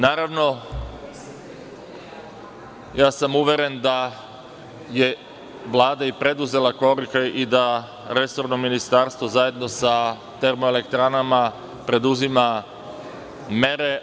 Naravno, uveren sam da je Vlada preduzela korake i da resorno ministarstvo zajedno sa termoelektranama preduzima mere.